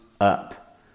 up